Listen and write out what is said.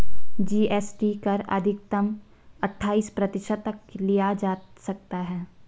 GST कर अधिकतम अठाइस प्रतिशत तक लिया जा सकता है